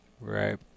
Right